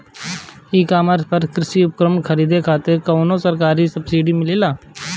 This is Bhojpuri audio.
ई कॉमर्स पर कृषी उपकरण खरीदे खातिर कउनो सरकारी सब्सीडी मिलेला?